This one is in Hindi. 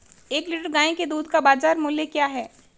एक लीटर गाय के दूध का बाज़ार मूल्य क्या है?